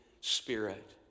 Spirit